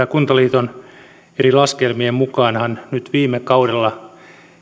kuntaliiton eri laskelmien mukaanhan viime kaudella